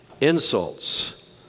insults